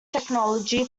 technology